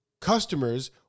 customers